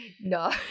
no